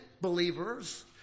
believers